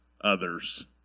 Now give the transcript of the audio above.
others